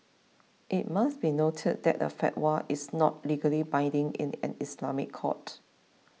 it must be noted that a fatwa is not legally binding in an Islamic court